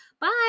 Bye